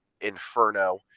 inferno